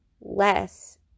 less